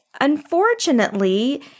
Unfortunately